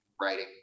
writing